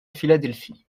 philadelphie